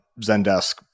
Zendesk